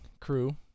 crew